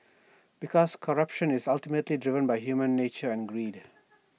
because corruption is ultimately driven by human nature and greed